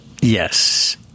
Yes